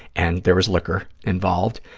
and there was liquor involved.